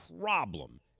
problem